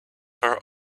her